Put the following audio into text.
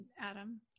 Adam